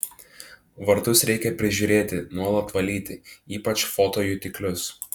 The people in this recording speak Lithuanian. vartus reikia prižiūrėti nuolat valyti ypač fotojutiklius